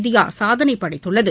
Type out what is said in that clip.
India சாதனை படைத்துள்ளது